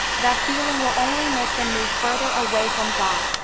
that feeling will only make them move further away from god,